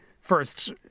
first